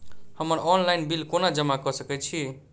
हम्मर online bill कोना जमा कऽ सकय छी?